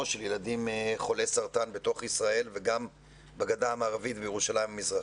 של ילדים חולי סרטן בתוך ישראל וגם בגדה המערבית ובירושלים המזרחית.